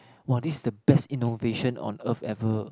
!wah! this is the best innovation on earth ever